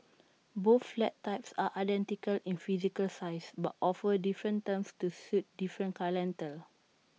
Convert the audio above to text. both flat types are identical in physical size but offer different terms to suit different clientele